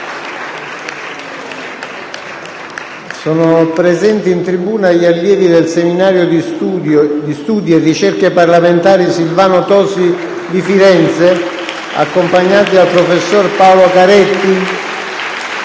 Sono presenti in tribuna gli allievi del Seminario di studi e ricerche parlamentari «Silvano Tosi» di Firenze, accompagnati dal professor Paolo Caretti.